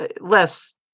less